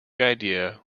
idea